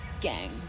gang